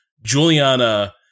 Juliana